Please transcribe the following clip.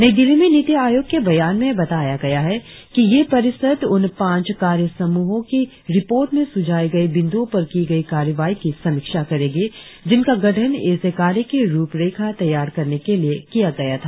नई दिल्ली में नीति आयोग के बयान में बताया गया है कि यह परिषद उन पांच कार्य समूहों की रिपोर्ट में सुझाए गये बिंदुओं पर की गई कार्रवाई की समीक्षा करेगी जिनका गठन इस कार्य की रुपरेखा तैयार करने के लिए किया गया था